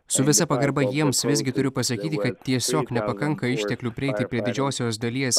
su visa pagarba jiems visgi turiu pasakyti kad tiesiog nepakanka išteklių prieiti prie didžiosios dalies